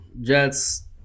Jets